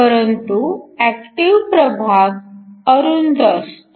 परंतु ऍक्टिव्ह प्रभाग अरुंद असतो